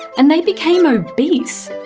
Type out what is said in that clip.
and they became obese.